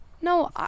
No